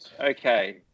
Okay